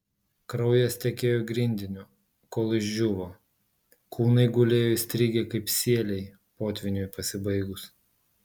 kraujas tekėjo grindiniu kol išdžiūvo kūnai gulėjo įstrigę kaip sieliai potvyniui pasibaigus